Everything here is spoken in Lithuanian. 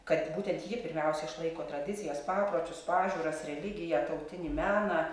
kad būtent ji pirmiausia išlaiko tradicijas papročius pažiūras religiją tautinį meną